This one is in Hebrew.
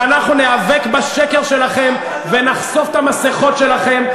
ואנחנו ניאבק בשקר שלכם ונחשוף את המסכות שלכם,